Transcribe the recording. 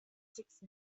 sixth